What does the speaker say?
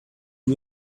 you